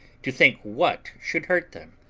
to think what should hurt them,